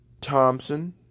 Thompson